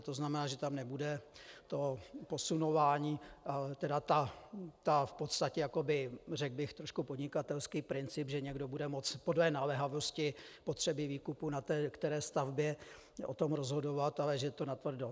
To znamená, že tam nebude to posunování a ta v podstatě jakoby, řekl bych trošku podnikatelský princip, že někdo bude moci podle naléhavosti potřeby výkupu na té které stavbě o tom rozhodovat, ale že je to natvrdo.